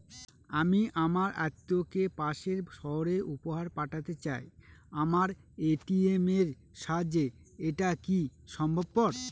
আমি আমার আত্মিয়কে পাশের সহরে উপহার পাঠাতে চাই আমার এ.টি.এম এর সাহায্যে এটাকি সম্ভবপর?